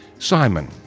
Simon